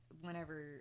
whenever